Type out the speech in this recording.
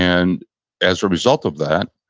and as a result of that,